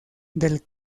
del